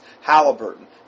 Halliburton